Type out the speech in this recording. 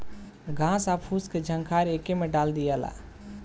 घास आ फूस के झंखार एके में डाल दियाला